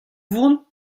vont